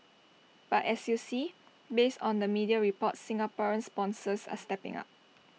but as you see based on the media reports Singaporean sponsors are stepping up